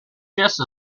chess